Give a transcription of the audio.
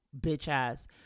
bitch-ass